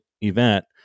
event